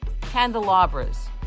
candelabras